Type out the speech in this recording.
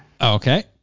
Okay